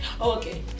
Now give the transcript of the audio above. okay